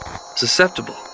Susceptible